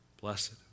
Blessed